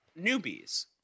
newbies